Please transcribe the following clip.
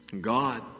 God